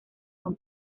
son